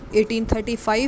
1835